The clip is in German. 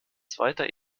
zweiter